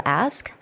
ask